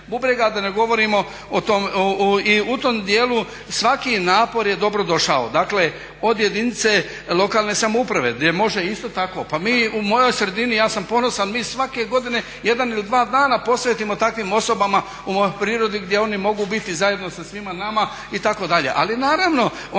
da ne govorimo o tom i u tom dijelu svaki napor je dobro došao. Dakle od jedinice lokalne samouprave gdje može isto tako. Pa mi, u mojoj sredini ja sam ponosan, mi svake godine jedan ili dva dana posvetimo takvim osobama u prirodi gdje oni mogu biti zajedno sa svima nama itd.